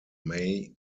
may